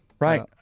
Right